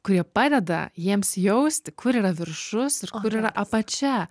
kurie padeda jiems jausti kur yra viršus ir kur yra apačia